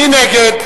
מי נגד?